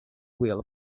wheeler